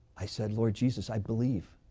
i said, lord jesus i believe,